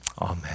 Amen